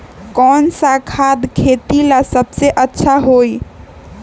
कौन सा खाद खेती ला सबसे अच्छा होई?